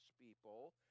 people